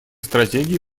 стратегии